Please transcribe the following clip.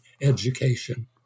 education